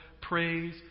Praise